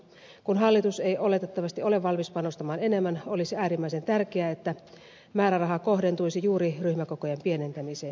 kun hallitus ei oletettavasti ole valmis panostamaan enemmän olisi äärimmäisen tärkeää että määräraha kohdentuisi juuri ryhmäkokojen pienentämiseen